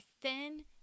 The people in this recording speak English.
thin